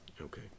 Okay